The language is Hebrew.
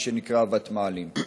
מה שנקרא ותמ"לים.